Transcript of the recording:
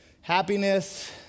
Happiness